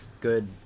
good